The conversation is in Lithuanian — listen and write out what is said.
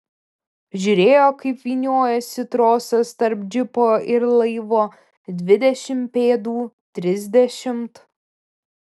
žiūrėjo kaip vyniojasi trosas tarp džipo ir laivo dvidešimt pėdų trisdešimt